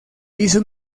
hizo